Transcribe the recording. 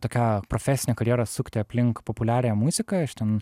tokią profesinę karjerą sukti aplink populiariąją muziką aš ten